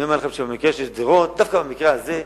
אני אומר לכם שבמקרה של שדרות דווקא במקרה הזה,